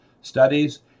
studies